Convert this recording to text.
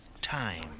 Time